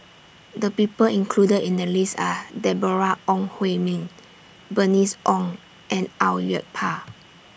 The People included in The list Are Deborah Ong Hui Min Bernice Ong and Au Yue Pak